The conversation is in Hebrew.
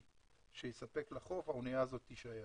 שיספק לחוף, האנייה הזאת תישאר.